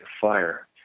fire